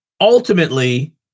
ultimately